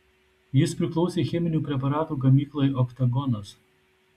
jis priklausė cheminių preparatų gamyklai oktagonas